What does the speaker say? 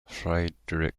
friedrich